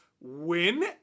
win